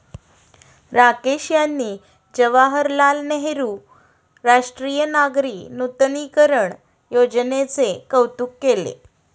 राकेश यांनी जवाहरलाल नेहरू राष्ट्रीय नागरी नूतनीकरण योजनेचे कौतुक केले